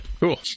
Cool